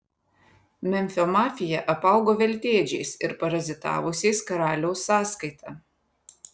memfio mafija apaugo veltėdžiais ir parazitavusiais karaliaus sąskaita